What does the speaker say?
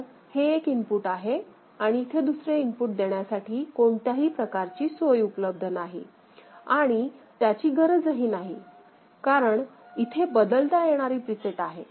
तर हे एक इनपुट आहे आणि इथे दुसरे इनपुट देण्यासाठी कोणत्याही प्रकारची सोय उपलब्ध नाही आणि त्याची गरजही नाही कारण इथे बदलता येणारी प्रीसेट आहे